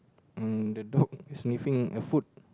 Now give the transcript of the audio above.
uh the dog sniffing a food